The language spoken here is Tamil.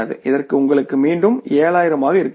இதற்கு உங்களுக்கு மீண்டும் 7000 ஆக இருக்க வேண்டும்